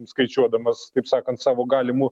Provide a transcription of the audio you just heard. skaičiuodamas kaip sakant savo galimų